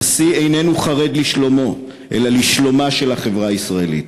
הנשיא איננו חרד לשלומו אלא לשלומה של החברה הישראלית.